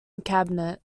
cabinet